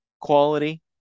quality